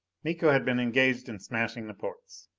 miko had been engaged in smashing the ports.